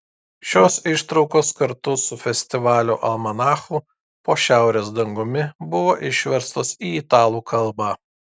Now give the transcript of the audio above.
šios ištraukos kartu su festivalio almanachu po šiaurės dangumi buvo išverstos į italų kalbą